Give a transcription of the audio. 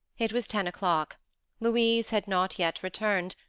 it was ten o'clock louise had not yet returned,